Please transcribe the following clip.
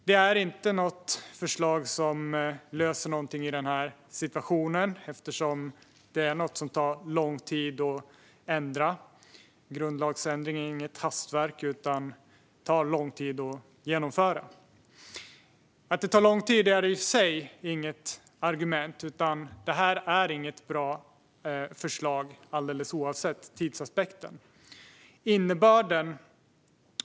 Det är inte ett förslag som löser något i denna situation eftersom detta är något som tar lång tid att ändra. En grundlagsändring är inget hastverk utan tar lång tid att genomföra. Att det tar lång tid är inte i sig något argument, men detta är inget bra förslag, oavsett tidsaspekten.